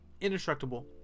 indestructible